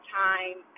time